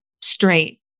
straight